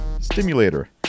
stimulator